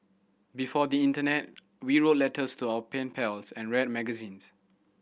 before the internet we wrote letters to our pen pals and read magazines